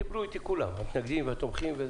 דיברו אתי כולם, המתנגדים והתומכים.